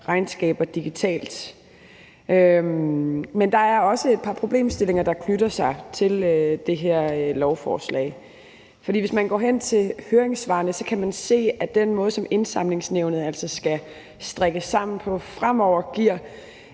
regnskaber digitalt? Men der er også et par problemstillinger, der knytter sig til det her lovforslag. For hvis man går hen til høringssvarene, kan man se, at den måde, som Indsamlingsnævnet altså skal strikkes sammen på fremover, giver